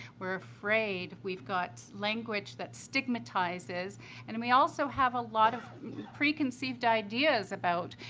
we're afraid. we've got language that stigmatizes and and we also have a lot of preconceived ideas about,